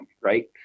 right